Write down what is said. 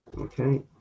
Okay